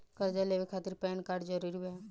कर्जा लेवे खातिर पैन कार्ड जरूरी बा?